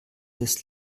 des